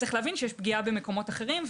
יש פגיעה במקומות אחרים,